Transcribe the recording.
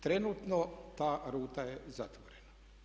Trenutno ta ruta je zatvorena.